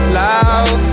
loud